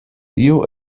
tio